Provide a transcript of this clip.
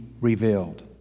revealed